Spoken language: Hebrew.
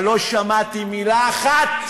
אבל לא שמעתי מילה אחת,